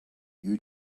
you